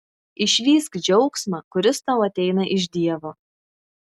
išvysk džiaugsmą kuris tau ateina iš dievo